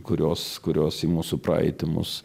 kurios kurios į mūsų praeitį mus